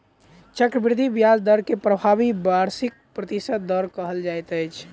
चक्रवृद्धि ब्याज दर के प्रभावी वार्षिक प्रतिशत दर कहल जाइत अछि